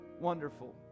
Wonderful